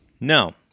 No